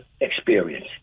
experience